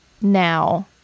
now